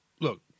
look